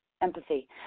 empathy